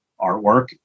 artwork